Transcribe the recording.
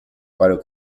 paro